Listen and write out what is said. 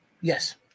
Yes